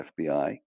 FBI